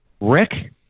Rick